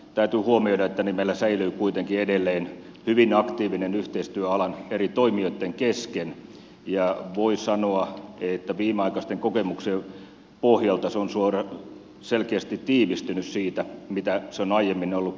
täytyy huomioida että meillä säilyy kuitenkin edelleen hyvin aktiivinen yhteistyö alan eri toimijoitten kesken ja voi sanoa että viimeaikaisten kokemuksien pohjalta se on selkeästi tiivistynyt siitä mitä se on aiemmin ollut